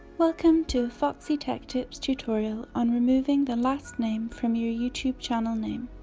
welcome to a foxy tech tips tutorial on removing the last name from your youtube channel name.